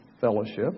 Fellowship